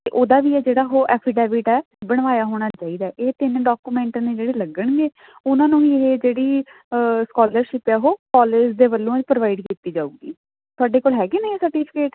ਅਤੇ ਉਹਦਾ ਵੀ ਹੈ ਜਿਹੜਾ ਉਹ ਐਫੀਡੈਵੀਟ ਹੈ ਬਣਵਾਇਆ ਹੋਣਾ ਚਾਹੀਦਾ ਇਹ ਤਿੰਨ ਡਾਕੂਮੈਂਟ ਨੇ ਜਿਹੜੇ ਲੱਗਣਗੇ ਉਹਨਾਂ ਨੂੰ ਹੀ ਇਹ ਜਿਹੜੀ ਸਕਾਲਰਸ਼ਿਪ ਆ ਉਹ ਕਾਲਜ ਦੇ ਵੱਲੋਂ ਇਹ ਪ੍ਰੋਵਾਈਡ ਕੀਤੀ ਜਾਵੇਗੀ ਤੁਹਾਡੇ ਕੋਲ ਹੈਗੇ ਨੇ ਸਰਟੀਫਿਕੇਟ